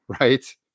right